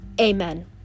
Amen